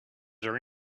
there